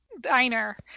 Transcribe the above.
diner